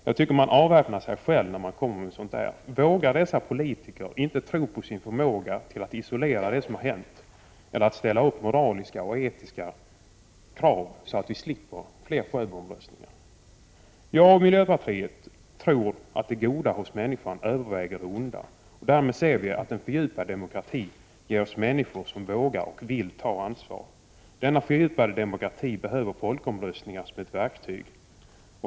Jag tycker att man avväpnar sig själv när man kommer med sådana argument. Vågar dessa politiker inte tro på sin förmåga att isolera det som har hänt eller ställa upp moraliska och etiska krav, så att vi slipper fler Sjöbo-omröstningar? Vi i miljöpartiet tror att det goda hos människan överväger det onda. En fördjupad demokrati ger oss människor som vågar och vill ta ansvar. Denna fördjupade demokrati behöver folkomröstningar som ett verktyg.